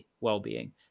well-being